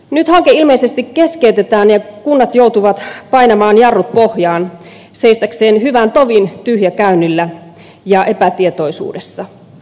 nyt hanke ilmeisesti keskeytetään ja kunnat joutuvat painamaan jarrut pohjaan seistäkseen hyvän tovin tyhjäkäynnillä ja epätietoisuudessa